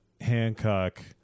Hancock